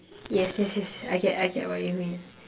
yes yes yes I get I get what you mean